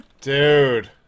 Dude